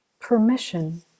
permission